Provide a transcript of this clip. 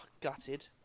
gutted